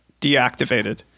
deactivated